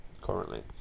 currently